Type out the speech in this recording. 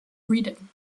reading